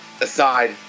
Aside